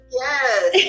Yes